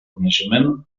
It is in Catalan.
coneixements